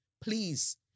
please